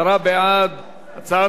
הצעת החוק לא נתקבלה.